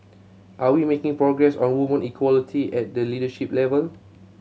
are we making progress on women equality at the leadership level